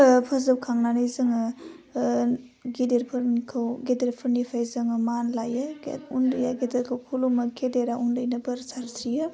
फोजोबखांनानै जोङो गिदिरफोरखौ गेदेरफोरनिफ्राय जोङो मान लायो गे उन्दैआ गेदेरखौ खुलुमो गेदेरा उन्दैनो बोर सारस्रियो